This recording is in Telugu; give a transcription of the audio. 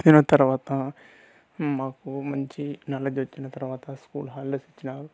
చదివిన తర్వాత మాకు మంచి నెల గడిచిన తర్వాత స్కూల్ హాలిడేస్ ఇచ్చినారు